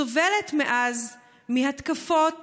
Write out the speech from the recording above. סובלת מאז מהתקפות